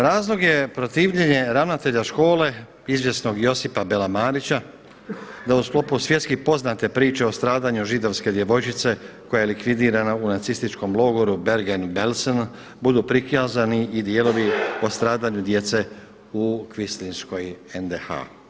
Razlog je protivljenje ravnatelja škole izvjesnog Josipa Belamarića da u sklopu svjetski poznate priče o stradanju židovske djevojčice koja je likvidirana u nacističkom logoru Bergen Belsen budu prikazani i dijelovi o stradanju djece u kvislinškoj NDH.